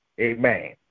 Amen